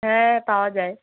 হ্যাঁ পাওয়া যায়